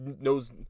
knows